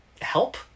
help